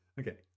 Okay